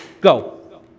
go